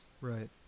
right